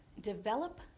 develop